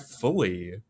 fully